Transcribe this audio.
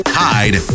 hide